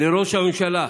לראש הממשלה: